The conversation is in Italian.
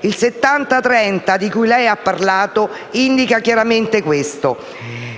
Il 70-30 di cui lei ha parlato indica chiaramente questo.